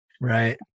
Right